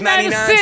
99